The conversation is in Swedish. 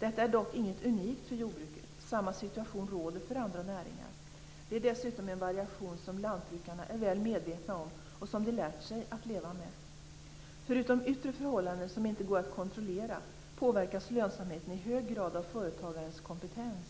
Detta är dock inget unikt för jordbruket. Samma situation råder för andra näringar. Det är dessutom en variation som lantbrukarna är väl medvetna om och som de lärt sig att leva med. Förutom yttre förhållanden som inte går att kontrollera påverkas lönsamheten i hög grad av företagarens kompetens.